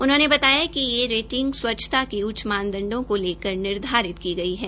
उन्होंने बताया कि ये रेटिंग स्वच्छता के उच्च मानदंडों को लेकर निर्धारित की गई है